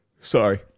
Sorry